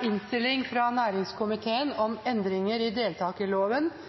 ønske fra næringskomiteen